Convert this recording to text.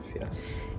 yes